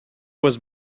was